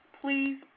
please